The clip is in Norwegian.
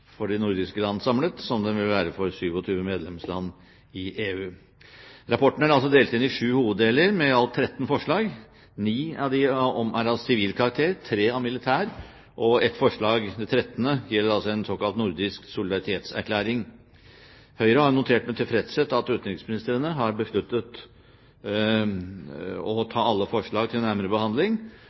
som den vil være for 27 medlemsland i EU. Rapporten er delt inn i sju hoveddeler, med i alt 13 forslag. Ni av dem er av sivil karakter, tre av militær, og ett forslag – det 13. – gjelder altså en såkalt nordisk solidaritetserklæring. Høyre har notert med tilfredshet at utenriksministrene har besluttet å ta alle forslag til nærmere behandling,